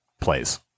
plays